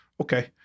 Okay